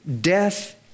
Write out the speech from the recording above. Death